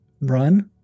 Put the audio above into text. run